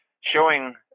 showing